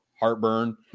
Heartburn